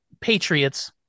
Patriots